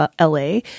LA